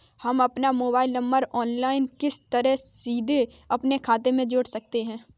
हम अपना mobile number online किस तरह सीधे अपने खाते में जोड़ सकते हैं?